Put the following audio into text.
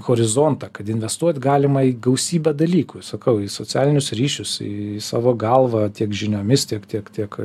horizontą kad investuot galima į gausybę dalykų sukau į socialinius ryšius į savo galvą tiek žiniomis tiek tiek tiek